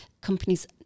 companies